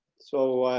so,